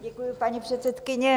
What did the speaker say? Děkuji, paní předsedkyně.